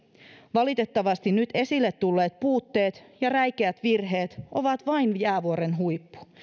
valitettavasti nyt esille tulleet puutteet ja räikeät virheet ovat vain jäävuoren huippu